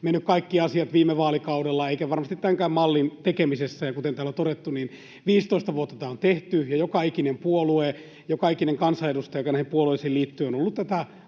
menneet putkeen viime vaalikaudella, eivätkä varmasti tämänkään mallin tekemisessä. Kuten täällä on todettu, niin 15 vuotta tätä on tehty ja joka ikinen puolue ja joka ikinen kansanedustaja, joka näihin puolueisiin liittyy, on ollut tätä